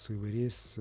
su įvairiais